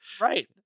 Right